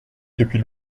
depuis